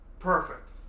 Perfect